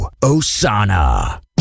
Osana